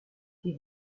sie